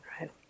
right